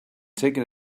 taken